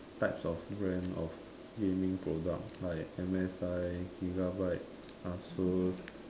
types of brand of gaming products like M_S_I Gigabyte ASUS